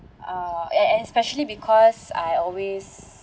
uh and and especially because I always